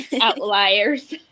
outliers